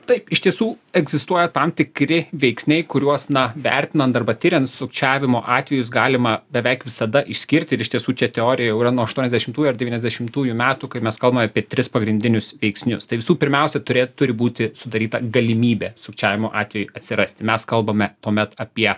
taip iš tiesų egzistuoja tam tikri veiksniai kuriuos na vertinant arba tiriant sukčiavimo atvejus galima beveik visada išskirti ir iš tiesų čia teorija jau yra nuo aštuoniasdešimtųjų ar devyniasdešimtųjų metų kai mes kalbame apie tris pagrindinius veiksnius tai visų pirmiausia turė turi būti sudaryta galimybė sukčiavimo atvejui atsirasti mes kalbame tuomet apie